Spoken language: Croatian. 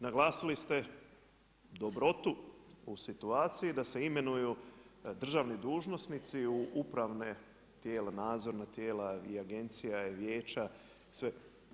Naglasili ste dobrotu u situaciji da se imenuju državni dužnosnici u upravna tijela, nadzorna tijela i agencija vijeća, sve.